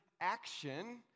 action